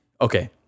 okay